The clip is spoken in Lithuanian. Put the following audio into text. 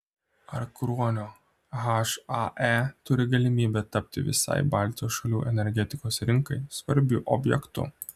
ar kruonio hae turi galimybę tapti visai baltijos šalių energetikos rinkai svarbiu objektu